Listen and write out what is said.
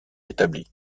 établis